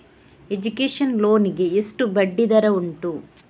Education loan ಗೆ ಎಷ್ಟು ಬಡ್ಡಿ ದರ ಉಂಟು?